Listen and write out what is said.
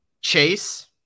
Chase